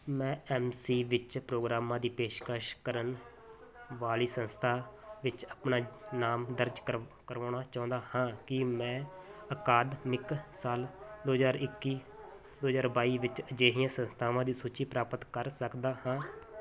ਮੈਂ M C ਵਿੱਚ ਪ੍ਰੋਗਰਾਮਾਂ ਦੀ ਪੇਸ਼ਕਸ਼ ਕਰਨ ਵਾਲੀ ਸੰਸਥਾ ਵਿੱਚ ਆਪਣਾ ਨਾਮ ਦਰਜ ਕਰਵ ਕਰਵਾਉਣਾ ਚਾਹੁੰਦਾ ਹਾਂ ਕੀ ਮੈਂ ਅਕਾਦਮਿਕ ਸਾਲ ਦੋ ਹਜ਼ਾਰ ਇੱਕੀ ਦੋ ਹਜ਼ਾਰ ਬਾਈ ਵਿੱਚ ਅਜਿਹੀਆਂ ਸੰਸਥਾਵਾਂ ਦੀ ਸੂਚੀ ਪ੍ਰਾਪਤ ਕਰ ਸਕਦਾ ਹਾਂ